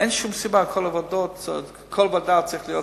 אין שום סיבה, לכל ועדה צריך להיות